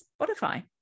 spotify